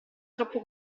troppo